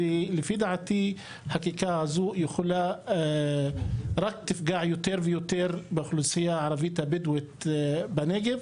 ולדעתי החקיקה הזאת רק תפגע יותר ויותר באוכלוסייה הבדואית בנגב.